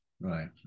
right